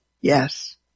yes